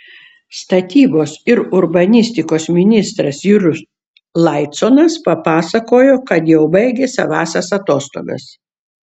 statybos ir urbanistikos ministras julius laiconas papasakojo kad jau baigė savąsias atostogas